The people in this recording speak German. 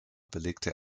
belegte